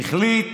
החליט